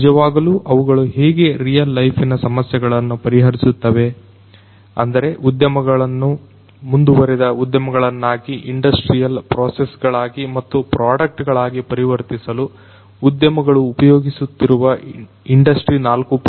ನಿಜವಾಗಲೂ ಅವುಗಳು ಹೇಗೆ ರಿಯಲ್ ಲೈಫಿನ ಸಮಸ್ಯೆಗಳನ್ನು ಪರಿಹರಿಸುತ್ತವೆ ಅಂದರೆ ಉದ್ಯಮಗಳನ್ನು ಮುಂದುವರಿದ ಉದ್ಯಮ ಗಳನ್ನಾಗಿ ಇಂಡಸ್ಟ್ರಿಯಲ್ ಪ್ರೋಸೆಸ್ ಗಳಾಗಿ ಮತ್ತು ಪ್ರಾಡಕ್ಟ್ ಗಳಾಗಿ ಪರಿವರ್ತಿಸಲು ಉದ್ಯಮಗಳು ಉಪಯೋಗಿಸುತ್ತಿರುವ ಇಂಡಸ್ಟ್ರಿ4